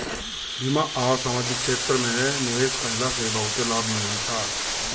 बीमा आ समाजिक क्षेत्र में निवेश कईला से भी बहुते लाभ मिलता